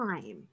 time